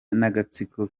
n’agatsiko